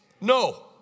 No